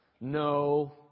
No